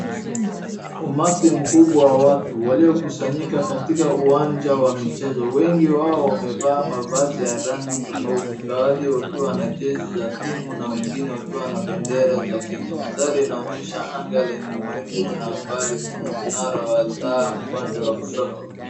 Umati mkubwa wa watu waliokusanyika katika uwanja wa michezo wengi wao wamevaa mavazi ya rangi tofauti. Baadhi wakiwa na jezi za timu na wengine wakiwa na bendera za Kenya. Mandhari inaonyesha anga lenye mawingu na mbali kuna mnara wa taa upande wa kushoto.